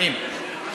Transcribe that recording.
מתאים.